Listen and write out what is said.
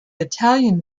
italian